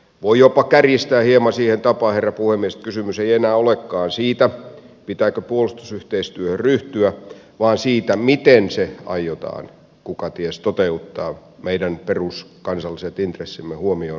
voi jopa kärjistää hieman siihen tapaan herra puhemies että kysymys ei enää olekaan siitä pitääkö puolustusyhteistyöhön ryhtyä vaan siitä miten se aiotaan kukaties toteuttaa meidän peruskansalliset intressimme huomioon ottavalla tavalla